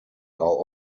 are